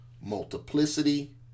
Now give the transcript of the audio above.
Multiplicity